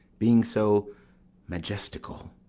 being so majestical,